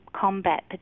combat